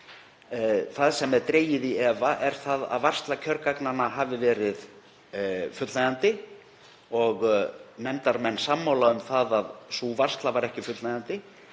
Það sem er dregið í efa er að varsla kjörgagnanna hafi verið fullnægjandi og nefndarmenn eru sammála um það að sú varsla var ekki fullnægjandi.